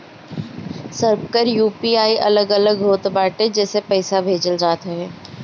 सबकर यू.पी.आई अलग अलग होत बाटे जेसे पईसा भेजल जात हवे